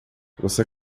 você